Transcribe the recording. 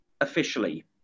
officially